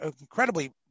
incredibly